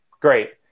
Great